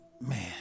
man